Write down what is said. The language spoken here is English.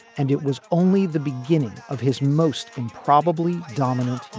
and it was only the beginning of his most improbably dominant